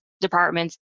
departments